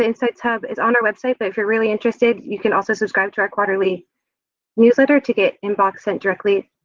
insights hub is on our website but if you're really interested, you can also subscribe to our quarterly newsletter to get inbox sent directly,